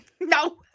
No